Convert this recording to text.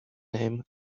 name